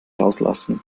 rauslassen